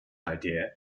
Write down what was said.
idea